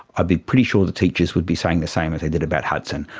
i'd be pretty sure the teachers would be saying the same as they did about hudson,